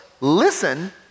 listen